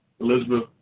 Elizabeth